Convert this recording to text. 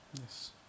Yes